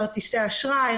כרטיסי אשראי,